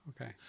Okay